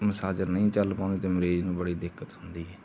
massager ਨਹੀਂ ਚੱਲ ਪਾਉਂਦੇ ਅਤੇ ਮਰੀਜ਼ ਨੂੰ ਬੜੀ ਦਿੱਕਤ ਹੁੰਦੀ ਹੈ